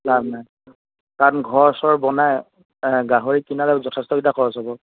লাভ নাই কাৰণ ঘৰ চৰ বনাই গাহৰি কিনালৈ যথেষ্টকেইটাকা খৰচ হ'ব